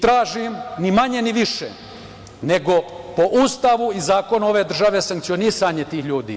Tražim ni manje, ni više nego po Ustavu i zakonu ove države sankcionisanje tih ljudi.